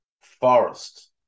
Forest